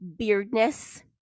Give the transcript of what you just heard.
beardness